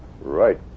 Right